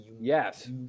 Yes